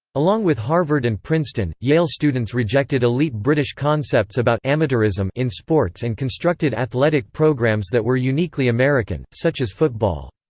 along with harvard and princeton, yale students rejected elite british concepts about amateurism in sports and constructed athletic programs that were uniquely american, such as football.